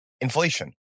inflation